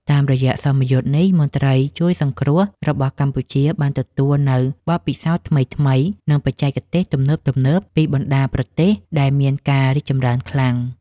តាមរយៈសមយុទ្ធនេះ មន្ត្រីជួយសង្គ្រោះរបស់កម្ពុជាបានទទួលនូវបទពិសោធន៍ថ្មីៗ និងបច្ចេកទេសទំនើបៗពីបណ្តាប្រទេសដែលមានការរីកចម្រើនខ្លាំង។